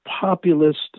populist